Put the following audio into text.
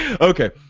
Okay